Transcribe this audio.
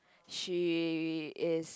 she is